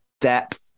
depth